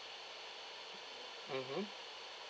mmhmm